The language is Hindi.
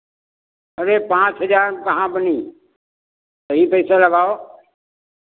अरे पाँच हज़ार में कहाँ बनी सही पैसा लगाओ